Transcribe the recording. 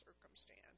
circumstance